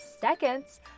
seconds